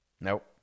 Nope